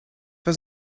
was